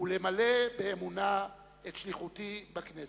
ולמלא באמונה את שליחותי בכנסת".